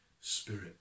spirit